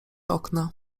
okna